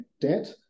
debt